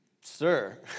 Sir